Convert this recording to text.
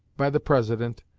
by the president,